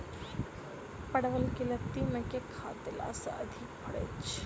परवल केँ लाती मे केँ खाद्य देला सँ अधिक फरैत छै?